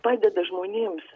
padeda žmonėms